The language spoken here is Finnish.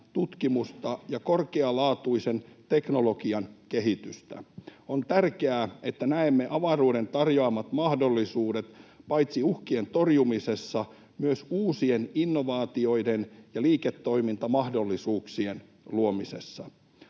tutkimusta ja korkealaatuisen teknologian kehitystä. On tärkeää, että näemme avaruuden tarjoamat mahdollisuudet paitsi uhkien torjumisessa myös uusien innovaatioiden ja liiketoimintamahdollisuuksien luomisessa.